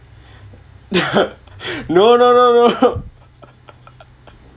no no no no